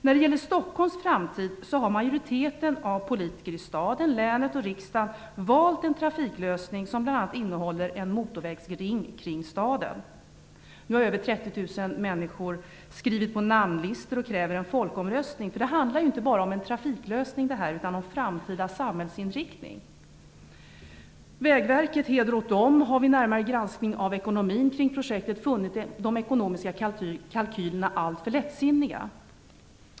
När det gäller Stockholms framtid har majoriteten av politikerna i staden, länet och riksdagen valt en trafiklösning som bl.a. innehåller en motorvägsring kring staden. Nu har över 30 000 människor skrivit på namnlistor och kräver en folkomröstning. Det handlar inte bara om en trafiklösning utan en framtida samhällsinriktning. Vägverket - heder åt dem - har vid en närmare granskning av ekonomin kring projektet funnit de ekonomiska kalkylerna alltför lättsinniga.